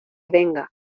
venga